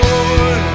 Lord